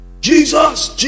Jesus